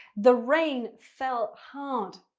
the rain felt hard